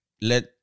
let